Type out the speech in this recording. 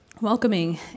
welcoming